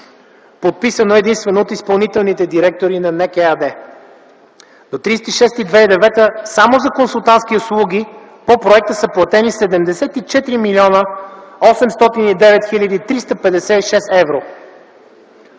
Подписано е единствено от изпълнителните директори на НЕК ЕАД. До 30.06.2009 г. само за консултантски услуги по проекта са платени 74 млн. 809 хил. 356 евро.